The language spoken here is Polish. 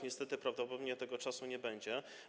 Niestety prawdopodobnie tego czasu nie będzie.